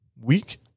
week